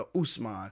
Usman